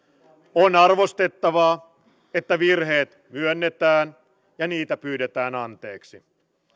on arvostettavaa että virheet myönnetään ja niitä pyydetään anteeksi